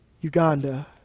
Uganda